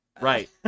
Right